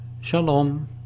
Shalom